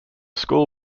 school